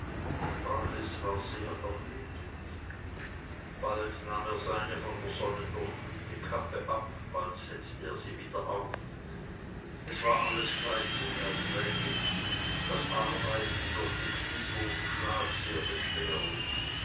war sehr ermüdet bald nahm er seine von der sonne durchglühte kappe ab bald setzte er sie wieder auf es war alles gleich unerträglich das arbeiten durch den kniehohen schlag sehr beschwerlich